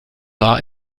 war